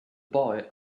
boy